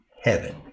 heaven